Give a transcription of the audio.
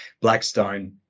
Blackstone